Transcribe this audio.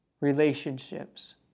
Relationships